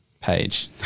page